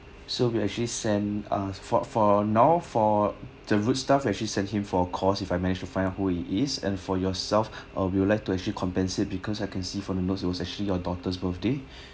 so we actually send uh for for now for the rude staff we'll actually send him for a course if I managed to find out who he is and for yourself uh we would like to actually compensate because I can see from the note it was actually your daughter's birthday